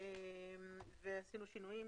ועשינו שינויים.